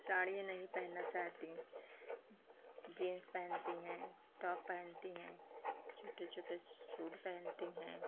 साड़ियाँ नहीं पहनना चाहती हैं जींस पहनती हैं टॉप पहनती हैं छोटे छोटे सूट पहनती हैं